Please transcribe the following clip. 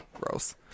Gross